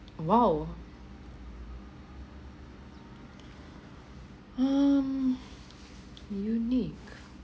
!wow! hmm unique